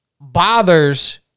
bothers